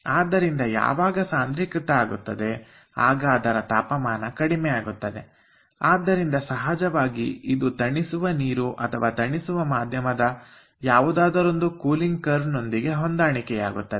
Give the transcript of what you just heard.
ಆದ್ದರಿಂದ ಯಾವಾಗ ದ್ರಾವಣ ಸಾಂದ್ರೀಕೃತ ಆಗುತ್ತದೆ ಆಗ ಅದರ ತಾಪಮಾನ ಕಡಿಮೆ ಆಗುತ್ತದೆ ಆದ್ದರಿಂದ ಸಹಜವಾಗಿ ಇದು ತಣಿಸುವ ನೀರು ಅಥವಾ ತಣಿಸುವ ಮಾಧ್ಯಮದ ಯಾವುದಾದರೂ ಕೂಲಿಂಗ್ ಕವ್೯ ನೊಂದಿಗೆ ಹೊಂದಿಕೆಯಾಗುತ್ತದೆ